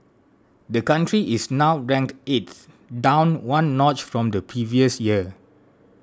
the country is now ranked eighth down one notch from the previous year